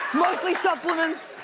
mostly supplements.